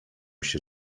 się